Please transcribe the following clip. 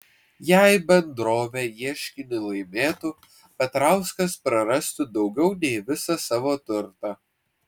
jei bendrovė ieškinį laimėtų petrauskas prarastų daugiau nei visą savo turtą